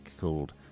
called